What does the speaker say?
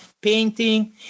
painting